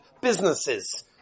businesses